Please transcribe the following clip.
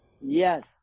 Yes